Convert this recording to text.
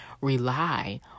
rely